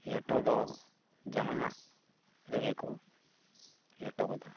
ᱞᱮᱴᱚ ᱫᱚ ᱡᱟᱦᱟᱱᱟᱜ ᱨᱮᱜᱮ ᱠᱚ ᱞᱮᱴᱚ ᱜᱚᱫᱟ